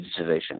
digitization